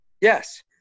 Yes